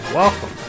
Welcome